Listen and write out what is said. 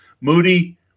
Moody